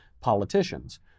politicians